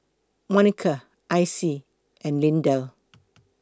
Monica Icy and Lindell